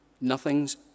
Nothing's